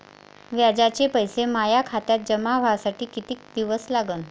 व्याजाचे पैसे माया खात्यात जमा व्हासाठी कितीक दिवस लागन?